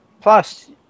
Plus